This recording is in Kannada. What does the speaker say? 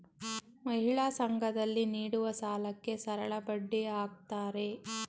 ಮಹಿಳಾ ಸಂಘ ದಲ್ಲಿ ನೀಡುವ ಸಾಲಕ್ಕೆ ಸರಳಬಡ್ಡಿ ಹಾಕ್ತಾರೆ